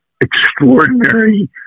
extraordinary